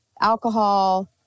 alcohol